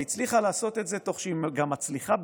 הצליחה לעשות את זה תוך שהיא גם מצליחה,